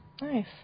Nice